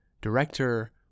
director